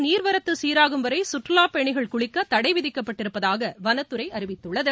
நீர்வரத்து சீராகும் வரை சுற்றுவாப் பயணிகள் குளிக்கத் தடை விதிக்கப்பட்டிருப்பதாக வனத்துறை அறிவித்துள்ளது